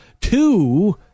two